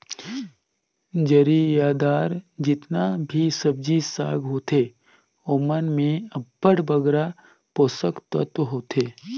जरियादार जेतना भी सब्जी साग होथे ओमन में अब्बड़ बगरा पोसक तत्व होथे